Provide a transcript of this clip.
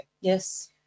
Yes